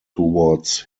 towards